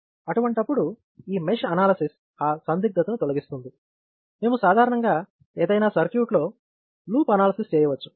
అటువంటప్పుడు ఈ mesh analysis ఆ సందిగ్ధతను తొలగిస్తుంది మేము సాధారణంగా ఏదైనా సర్క్యూట్ లో లూప్ అనాలసిస్ చేయవచ్చు